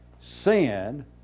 Sin